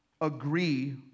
agree